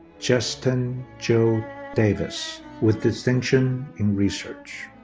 justin joe davis with distinction in research.